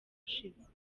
ushize